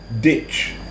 Ditch